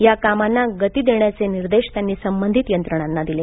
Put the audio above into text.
या कामांना गती देण्याचे निर्देश त्यांनी संबंधित यंत्रणांना दिले